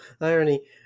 Irony